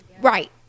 right